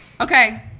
Okay